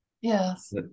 Yes